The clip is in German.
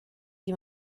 die